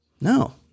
No